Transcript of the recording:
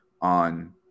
on